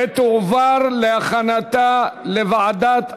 ותועבר לוועדת העבודה,